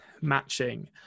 matching